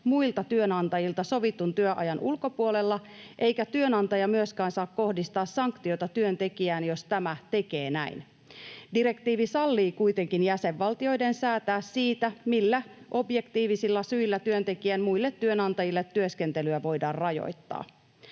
muilta työnantajilta sovitun työajan ulkopuolella eikä työnantaja myöskään saa kohdistaa sanktiota työntekijään, jos tämä tekee näin. Direktiivi sallii kuitenkin jäsenvaltioiden säätää siitä, millä objektiivisilla syillä työntekijän muille työnantajille työskentelyä voidaan rajoittaa.